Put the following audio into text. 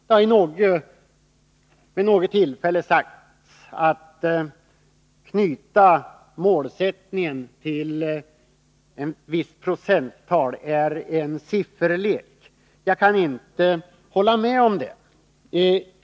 Det har vid något tillfälle sagts att detta att knyta målsättningen till ett visst procenttal är en sifferlek. Jag kan inte hålla med om det.